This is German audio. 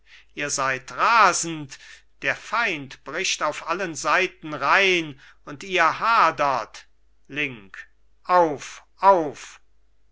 ihr seid rasend der feind bricht auf allen seiten rein und ihr hadert link auf auf